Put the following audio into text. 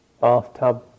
bathtub